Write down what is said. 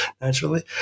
naturally